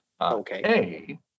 Okay